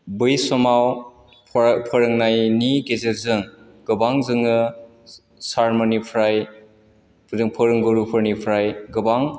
बै समाव फोरोंनायनि गेजेरजों गोबां जोङो सारमोननिफ्राय जों फोरोंगुरुफोरनिफ्राय गोबां